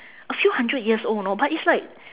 a few hundred years old know but it's like